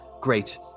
great